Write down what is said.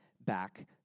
back